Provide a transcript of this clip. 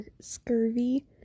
scurvy